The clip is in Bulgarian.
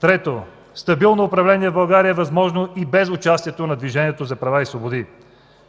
Трето, стабилно управление в България е възможно и без участието на Движението за права и свободи.